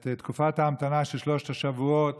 את תקופת ההמתנה של שלושת השבועות